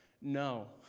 no